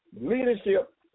leadership